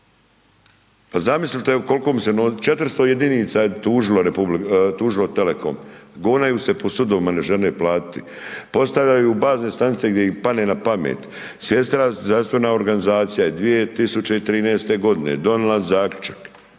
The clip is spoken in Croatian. pa zamislite koliko bi se novca, 400 jedinica je tužilo Telekom, gonaju se po sudovima, ne žele platiti, postavljaju bazne stanice gdje im padne na pamet, Svjetska zdravstvena organizacija je 2013.g. donila zaključak,